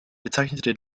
bezeichnete